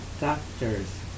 Doctors